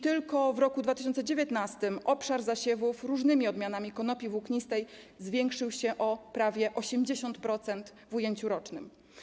Tylko w roku 2019 obszar zasiewów różnymi odmianami konopi włóknistych zwiększył się o prawie 80% w ujęciu rocznym.